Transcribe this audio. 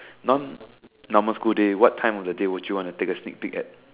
non normal school day what time of the day would you want to take a sneak peek at